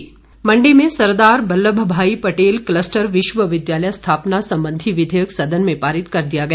cluster विश्वविद्यालय मण्डी में Sardar Vallabh Bhai Patel cluster विश्वविद्यालय स्थापना संबंधी विधेयक सदन में पारित कर दिया गया